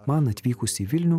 man atvykus į vilnių